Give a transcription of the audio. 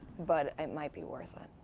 but it might be worth it.